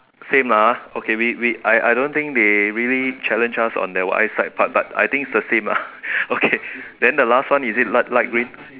same lah ah okay we we I I don't think they really challenge us on the eye sight part but I think is the same lah okay then the last one is it light light green